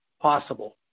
possible